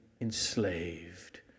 enslaved